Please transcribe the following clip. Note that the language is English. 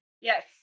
Yes